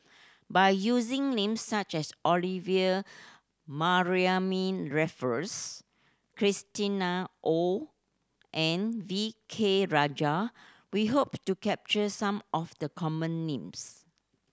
by using names such as Olivia Mariamne Raffles Christina Ong and V K Rajah we hope to capture some of the common names